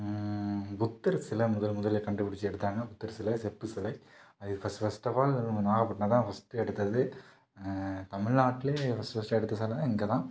புத்தர் சிலை முதல் முதலில் கண்டு பிடிச்சி எடுத்தாங்க புத்தர் சிலை செப்பு சிலை அது ஃபஸ்ட் ஃபஸ்ட் ஆஃப் ஆல் நாகபட்னந்தான் ஃபஸ்ட் எடுத்தது தமிழ்நாட்டுலே ஃபஸ்ட் ஃபஸ்ட் எடுத்த செலைனா இங்கேதான்